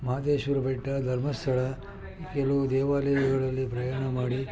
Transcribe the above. ಮಹದೇಶ್ವರ ಬೆಟ್ಟ ಧರ್ಮಸ್ಥಳ ಕೆಲವು ದೇವಾಲಯಗಳಲ್ಲಿ ಪ್ರಯಾಣ ಮಾಡಿ